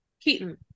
Keaton